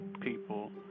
people